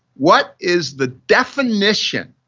what is the definition